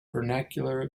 vernacular